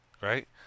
right